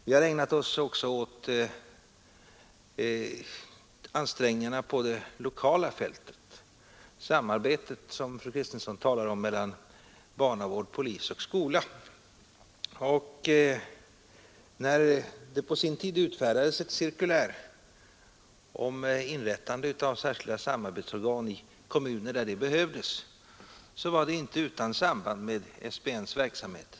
Vi har också ägnat oss åt insatser på det lokala fältet — samarbetet, som fru Kristensson talar om, mellan barnavård och polis samt skola. När det på sin tid utfärdades ett cirkulär om inrättande av särskilda samarbetsorgan i kommuner där det behövdes, så var det inte utan samarbete med SBN:s verksamhet.